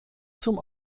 zum